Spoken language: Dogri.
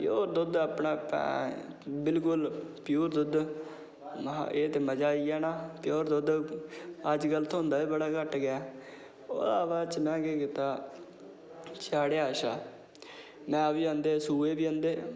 प्योर दुद्ध अपना बिल्कुल प्योर दुद्ध ते में हा एह् ते मज़ा आई जाना प्योर दुद्ध अज्जकल थ्होंदा बी बड़ा घट्ट गै ते ओह्दा में केह् कीता चाढ़ेआ अच्छा में बी आंदे ओह्दे बिच